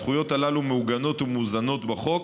הזכויות הללו מעוגנות ומאוזנות בחוק,